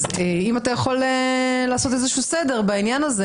אם אתה יכול ל עשות איזה שהוא סדר בעניין הזה,